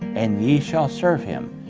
and ye shall serve him,